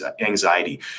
anxiety